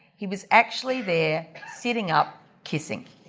he was actually there, sitting up, kissing.